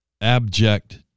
abject